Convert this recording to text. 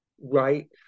right